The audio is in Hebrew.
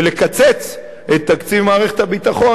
ולקצץ את תקציב מערכת הביטחון,